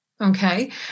okay